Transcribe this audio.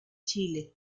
chile